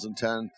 2010